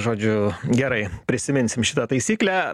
žodžiu gerai prisiminsim šitą taisyklę